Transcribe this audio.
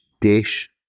dish